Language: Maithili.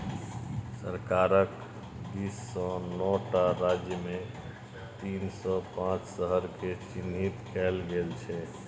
सरकारक दिससँ नौ टा राज्यमे तीन सौ पांच शहरकेँ चिह्नित कएल गेल छै